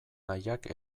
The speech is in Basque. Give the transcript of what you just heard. nahiak